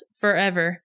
forever